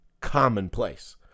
commonplace